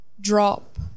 drop